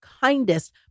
kindest